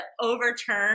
overturn